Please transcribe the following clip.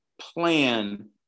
plan